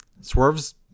Swerve's